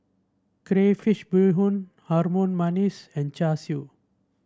Crayfish Beehoon Harum Manis and Char Siu